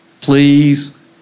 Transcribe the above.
please